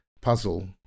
puzzle